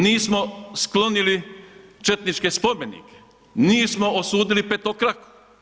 Nismo sklonili četničke spomenike, nismo osudili petokraku.